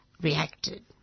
reacted